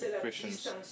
Christians